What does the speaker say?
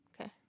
Okay